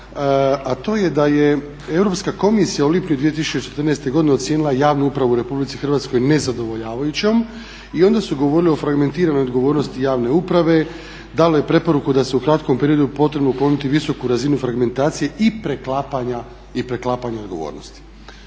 a to je da je Europska komisija u lipnju 2014.godine ocijenila javnu upravu u RH nezadovoljavajućom i onda su govorili o fragmentiranoj odgovornosti javne uprave, dali joj preporuku da se u kratkom periodu potrebno ukloniti visoku razinu fragmentacije i preklapanja odgovornosti.